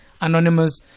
Anonymous